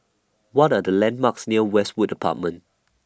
What Are The landmarks near Westwood Apartments